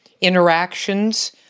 interactions